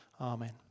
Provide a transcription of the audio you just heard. Amen